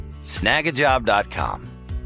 Snagajob.com